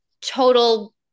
total